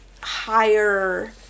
higher